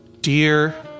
Dear